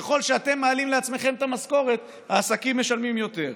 שככל שאתם מעלים לעצמכם את המשכורת העסקים משלמים יותר.